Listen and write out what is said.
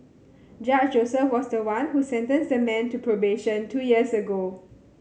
Judge Joseph was the one who sentenced the man to probation two years ago